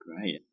Great